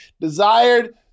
desired